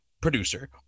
Producer